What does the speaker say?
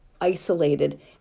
isolated